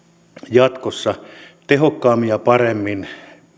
jatkossa tehokkaammin ja paremmin